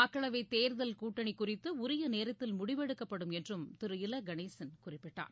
மக்களவை தேர்தல் கூட்டணி குறித்து உரிய நேரத்தில் முடிவெடுக்கப்படும் என்றும் திரு இல கணேசன் குறிப்பிட்டார்